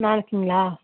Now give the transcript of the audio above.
நாளைக்கிங்களா